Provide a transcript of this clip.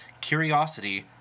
curiosity